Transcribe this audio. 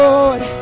Lord